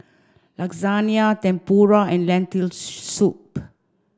Lasagna Tempura and Lentil soup